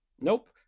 Nope